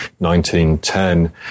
1910